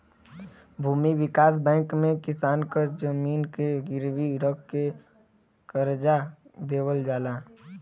भूमि विकास बैंक में किसान क जमीन के गिरवी रख के करजा देवल जाला